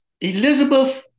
Elizabeth